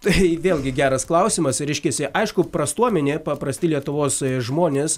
tai vėlgi geras klausimas reiškiasi aišku prastuomenė paprasti lietuvos žmonės